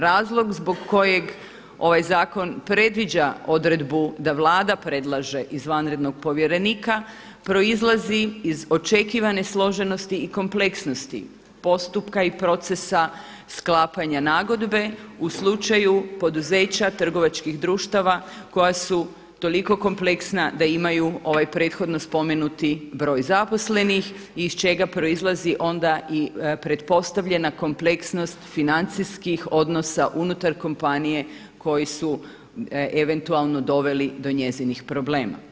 Razlog zbog kojega ovaj zakon predviđa odredbu da Vlada predlaže izvanrednog povjerenika proizlazi iz očekivane složenosti i kompleksnosti postupka i procesa sklapanja nagodbe u slučaju poduzeća trgovačkih društava koja su toliko kompleksna da imaju ovaj prethodno spomenuti broj zaposlenih iz čega proizlazi onda i pretpostavljena kompleksnost financijskih odnosa unutar kompanije koji su eventualno doveli do njezinih problema.